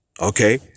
Okay